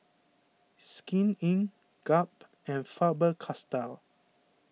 Skin Inc Gap and Faber Castell